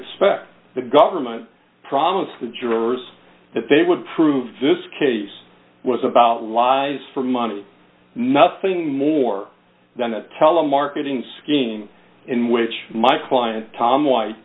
expect the government promised the jurors that they would prove this case was about lies for money nothing more than a telemarketing scheme in which my client tom white